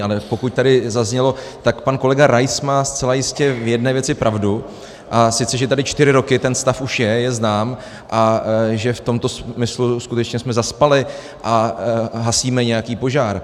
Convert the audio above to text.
Ale pokud tady zaznělo, tak pan kolega Rais má zcela jistě v jedné věci pravdu, a sice že tady čtyři roky ten stav už je, je znám, a že v tomto smyslu skutečně jsme zaspali a hasíme nějaký požár.